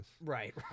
Right